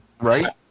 right